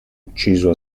ucciso